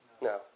No